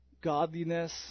godliness